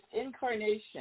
incarnation